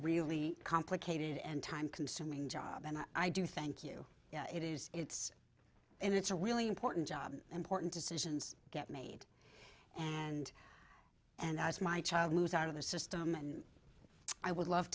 really complicated and time consuming job and i do thank you it is it's it's a really important job important decisions get made and and as my child moves out of the system and i would love